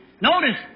Notice